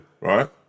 right